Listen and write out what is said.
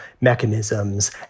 mechanisms